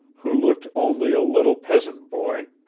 who looked only a little peasant-boy,